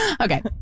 Okay